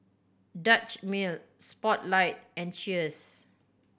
Dutch Mill Spotlight and Cheers